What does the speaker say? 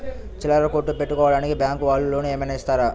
చిల్లర కొట్టు పెట్టుకోడానికి బ్యాంకు వాళ్ళు లోన్ ఏమైనా ఇస్తారా?